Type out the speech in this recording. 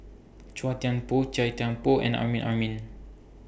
Chua Thian Poh Chia Thye Poh and Amrin Amin